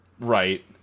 Right